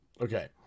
okay